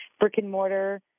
brick-and-mortar